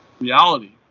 reality